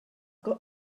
got